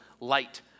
light